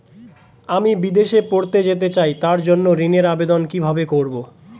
আমি বিদেশে পড়তে যেতে চাই তার জন্য ঋণের আবেদন কিভাবে করব?